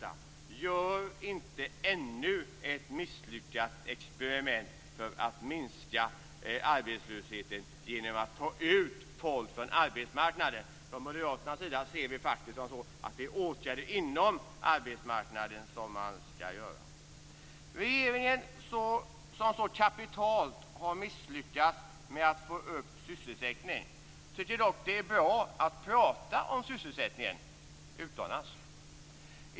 Gör inte ännu ett misslyckat experiment för att minska arbetslösheten genom att ta ut folk från arbetsmarknaden! Från moderaternas sida ser vi det som så, att det är åtgärder inom arbetsmarknaden som man skall vidta. Regeringen, som så kapitalt har misslyckats med att få upp sysselsättningen, tycker dock att det är bra att prata om sysselsättningen utomlands.